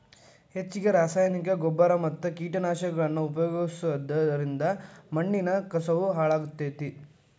ಹೆಚ್ಚಗಿ ರಾಸಾಯನಿಕನ ಗೊಬ್ಬರ ಮತ್ತ ಕೇಟನಾಶಕಗಳನ್ನ ಉಪಯೋಗಿಸೋದರಿಂದ ಮಣ್ಣಿನ ಕಸವು ಹಾಳಾಗ್ತೇತಿ